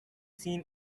seen